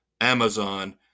Amazon